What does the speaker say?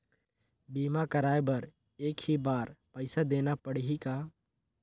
बीमा कराय बर एक ही बार पईसा देना पड़ही का?